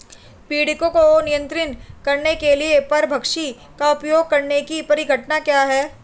पीड़कों को नियंत्रित करने के लिए परभक्षी का उपयोग करने की परिघटना क्या है?